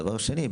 דבר שני,